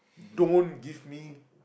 don't give me